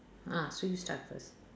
ah so you start first